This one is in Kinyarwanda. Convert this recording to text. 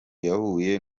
yahuye